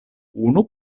unu